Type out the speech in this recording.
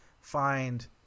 find